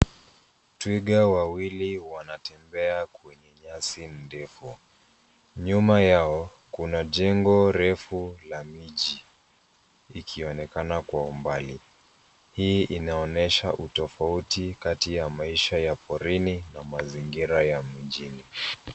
Twiga wawili wanatembea kwenye nyasi ndefu. nyuma yao kuna jengo refu la miji ,likionekana kwa umbali. Hii inaonesha utofauti kati ya maisha ya porini na mazingira ya mijini.